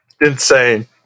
insane